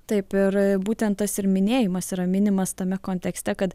taip ir būtent tas ir minėjimas yra minimas tame kontekste kad